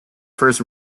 first